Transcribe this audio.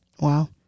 Wow